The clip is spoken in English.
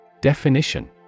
Definition